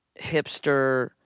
hipster